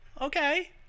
okay